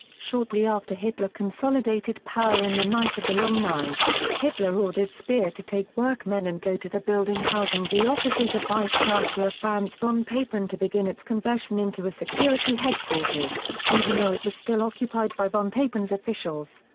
shortly after hitler consolidated power in the night of the long knives, hitler ordered speer to take workmen and go to the building housing the offices of vice-chancellor franz von papen to begin its conversion into a security headquarters, even though it was still occupied by von papen's officials.